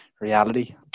reality